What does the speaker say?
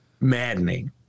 maddening